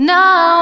now